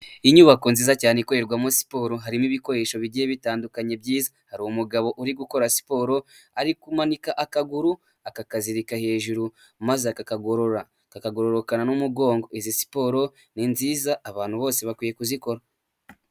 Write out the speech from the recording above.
Inyubako nziza cyane ikorerwamo siporo, harimo ibikoresho bigiye bitandukanye byiza, hari umugabo uri gukora siporo, ari kumanika akaguru akakazirika hejuru, maze akakagorora, kakagororokana n'umugongo. Izi siporo ni nziza, abantu bose bakwiye kuzikora.